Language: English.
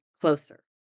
closer